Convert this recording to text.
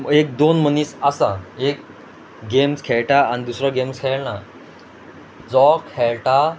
एक दोन मनीस आसा एक गेम्स खेळटा आनी दुसरो गेम्स खेळना जो खेळटा